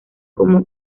como